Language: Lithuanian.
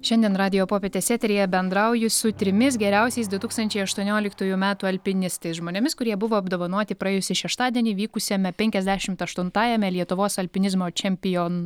šiandien radijo popietės eteryje bendrauju su trimis geriausiais du tūkstančiai aštuonioliktųjų metų alpinistais žmonėmis kurie buvo apdovanoti praėjusį šeštadienį vykusiame penkiasdešimt aštuntajame lietuvos alpinizmo čempion